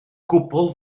gwbl